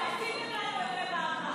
עשיתם לנו את זה בעבר.